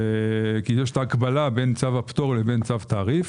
כי יש ההקבלה בין צו הפטורים לבין צו תעריף.